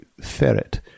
ferret